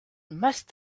must